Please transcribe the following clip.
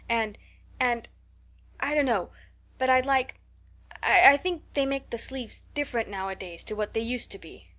and and i dunno but i'd like i think they make the sleeves different nowadays to what they used to be.